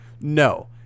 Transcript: No